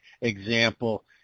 example